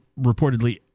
reportedly